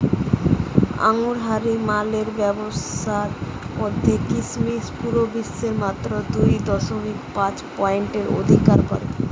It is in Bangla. আঙুরহারি মালের ব্যাবসার মধ্যে কিসমিস পুরা বিশ্বে মাত্র দুই দশমিক পাঁচ পারসেন্ট অধিকার করে